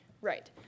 Right